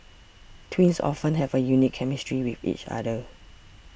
twins often have a unique chemistry with each other